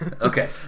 Okay